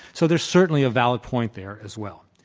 so there is certainly a valid point there as well.